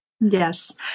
Yes